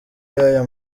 y’aya